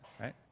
right